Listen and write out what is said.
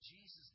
Jesus